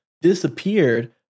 disappeared